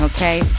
Okay